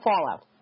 fallout